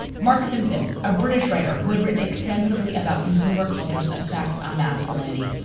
mark simpson, a british writer who had written extensively about consumer cultures effects on masculinity,